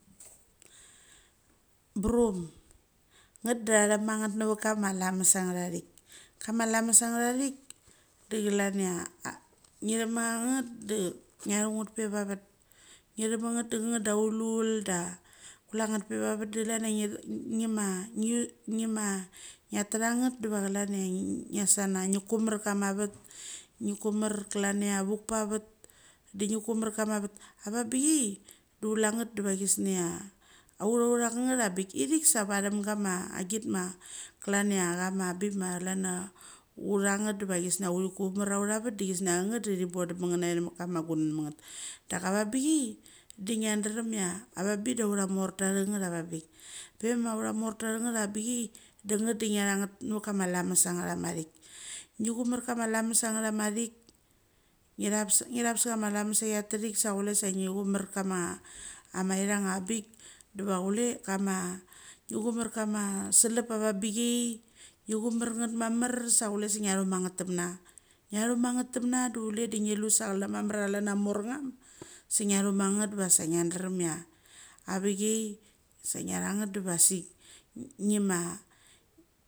Burum nget da chia nemangeth nevat chama lames angerich. Cham ma lames angerich. cham ma lames angerich da klan chia ngeramanget da ngarungt pe vevavat ngeremangetde kang nget aulu da chuleng nget pe vevat da klain chia ngma ngathang nget deva klan ngasana nge chumat chama vath, nge chumas chalan chia. Unchpa vat, de nge chaumar chama vath. Avabichai du lulangnget deva chesneng chia, utha kang chia valangbik, irich sha varemchama achgit, utha kang chia vangbik, irich sha varemchama achgit ma khan chia chama bik ma klan urang nget deva ches nge chia lire chumar auram ma vath de ches ngia chang ngth deri bodem nget ngnev nevat dama gunngn mong nget. Da cha vabi chei de ngaderem chia avabik ura motha aranget avang bik. Pema urtha mortha arang chia bichai, da unget de ngarang nevat chama lames angrama ngrich. Nge chumar chama lames angrama ngrich nge rap nge rap sce chama lameshaige chia threk sha lule sha nge chumar chama ama chirang avangbik deva lule chama, uge chumar chama shelat avabichai nge chumar nget mamar sha lule sha ngaru mang nget temna. Ngeru mang nget temma de lule de nge lu sha lamar chici amor ngam, sha ngaru mang nget vesa ngandaram chia ave chai chai ngrang nget de vesik nge ma.